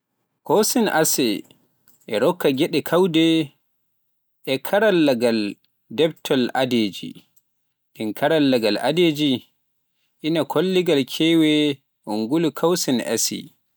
Cuisine Asie e rokka geɗe keewɗe e karallaagal defgol aadaaji, ɗeen karallaagal aadaaji ina kollita keewal e ngalu Cuisine Asie.